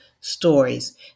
stories